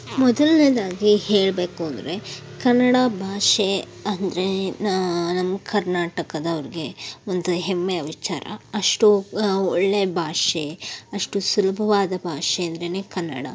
ಮೊದಲ್ನೇದಾಗಿ ಹೇಳಬೇಕು ಅಂದರೆ ಕನ್ನಡ ಭಾಷೆ ಅಂದ್ರೆ ನಾ ನಮ್ಮ ಕರ್ನಾಟಕದವ್ರಿಗೆ ಒಂದು ಹೆಮ್ಮೆಯ ವಿಚಾರ ಅಷ್ಟು ಒಳ್ಳೆಯ ಭಾಷೆ ಅಷ್ಟು ಸುಲಭವಾದ ಭಾಷೆ ಅಂದ್ರೆ ಕನ್ನಡ